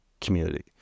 community